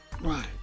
Right